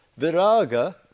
Viraga